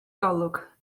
golwg